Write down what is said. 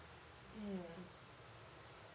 mm